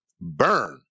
burn